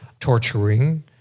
torturing